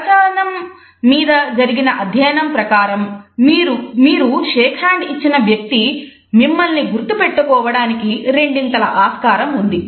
కరచాలనం మీద జరిగిన అధ్యయనం ప్రకారం మీరు షేక్ హ్యాండ్ ఇచ్చిన వ్యక్తి మిమ్మల్ని గుర్తుపెట్టుకోవడానికి రెండింతలు ఆస్కారం ఉంది